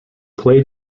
play